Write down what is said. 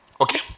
Okay